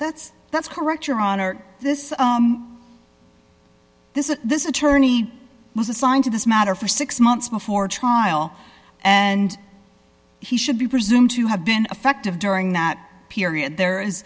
that's that's correct your honor this this is this attorney was assigned to this matter for six months before trial and he should be presumed to have been effective during that period there